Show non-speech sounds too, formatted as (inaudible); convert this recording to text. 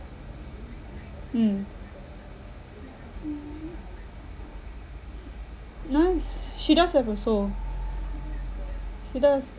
mm (noise) nice she does have also she does